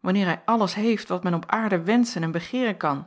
wanneer hij alles heeft wat men op aarde wenschen en begeeren kan